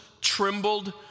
trembled